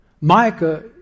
Micah